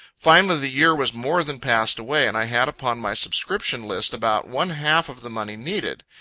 finally, the year was more than passed away, and i had upon my subscription list about one half of the money needed.